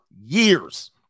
years